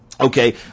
Okay